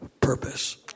purpose